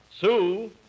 Sue